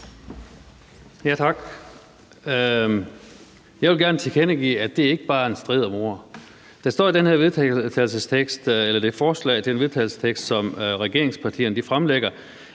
Tak. Jeg vil gerne tilkendegive, at det ikke bare er en strid om ord. Der står i det her forslag til vedtagelse, som regeringspartierne fremsætter: